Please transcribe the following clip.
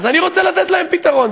אז אני רוצה לתת להם פתרון.